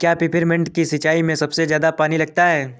क्या पेपरमिंट की सिंचाई में सबसे ज्यादा पानी लगता है?